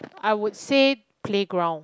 I would say playground